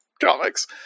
comics